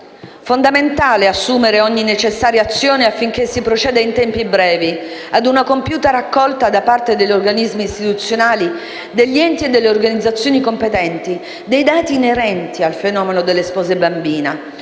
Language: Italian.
fondamentale assumere ogni necessaria azione affinché si proceda in tempi brevi a una compiuta raccolta, da parte degli organismi istituzionali, degli enti e delle organizzazioni competenti, dei dati inerenti al fenomeno delle spose bambine,